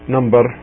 Number